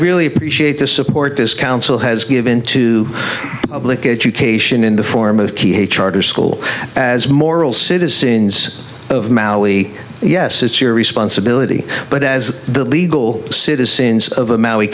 really appreciate the support this council has given to public education in the form of key a charter school as moral citizens of mali yes it's your responsibility but as the legal citizens of